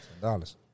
Dollars